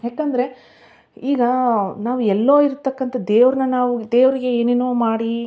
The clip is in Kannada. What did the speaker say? ಯಾಕೆಂದ್ರೆ ಈಗ ನಾವು ಎಲ್ಲೋ ಇರ್ತಕ್ಕಂಥ ದೇವ್ರನ್ನ ನಾವು ದೇವ್ರಿಗೆ ಏನೇನೋ ಮಾಡಿ